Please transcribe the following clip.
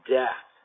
death